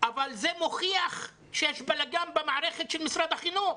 אבל זה מוכיח על בלגאן במערכת של משרד החינוך.